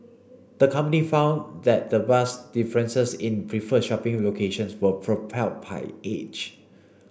the company found that the vast differences in preferred shopping locations was propelled by age